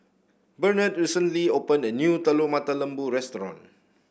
Bernard recently opened a new Telur Mata Lembu restaurant